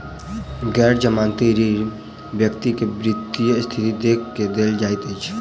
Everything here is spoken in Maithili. गैर जमानती ऋण व्यक्ति के वित्तीय स्थिति देख के देल जाइत अछि